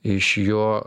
iš jo